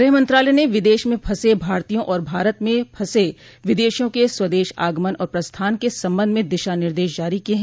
गुह मंत्रालय ने विदेश में फंसे भारतीयों और भारत म फंसे विदेशियों के स्वदेश आगमन और प्रस्थान के संबंध में दिशा निर्देश जारी किये हैं